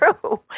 true